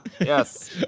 Yes